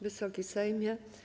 Wysoki Sejmie!